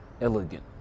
Elegant